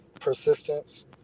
persistence